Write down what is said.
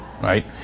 right